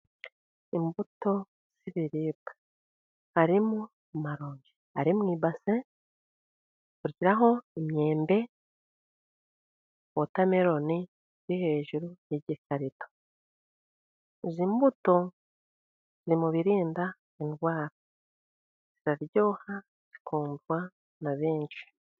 Imbuto z'ibiribwa harimo amaroji ari mu ibasi, imyembe, wotameloni iri hejuru y'igikarito, imbuto ziri mu birinda indwara, ziraryoha zikundwa na benshi.